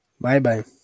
Bye-bye